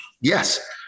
yes